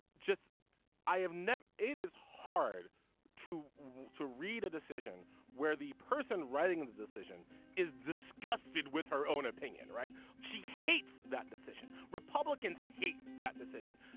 just i have never it is hard to to read a decision where the person writing of the decision is disgusted with her own opinion. right she hates that decision. republicans hate that decision.